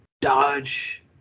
Dodge